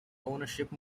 ownership